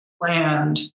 land